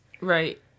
Right